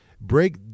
Break